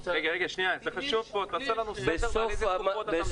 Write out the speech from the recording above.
זה חשוב, תעשה לנו סדר על איזה תקופות אתה מדבר.